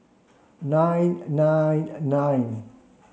nine and nine and nine